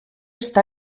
està